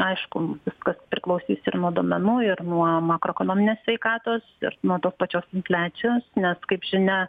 aišku viskas priklausys ir nuo duomenų ir nuo makroekonominės sveikatos ir nuo tos pačios infliacijos nes kaip žinia